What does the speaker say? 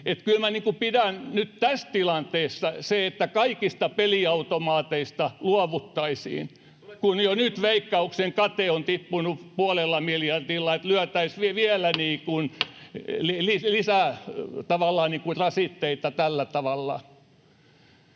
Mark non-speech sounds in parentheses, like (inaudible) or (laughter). pidän nyt tässä tilanteessa huonona sitä, että kaikista peliautomaateista luovuttaisiin, kun jo nyt Veikkauksen kate on tippunut puolella miljardilla, ja että lyötäisiin vielä (noise) lisää tavallaan